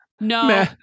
No